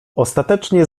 ostatecznie